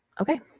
Okay